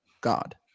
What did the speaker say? God